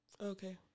Okay